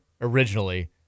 originally